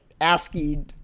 ASCII